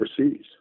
overseas